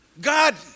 God